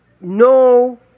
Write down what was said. no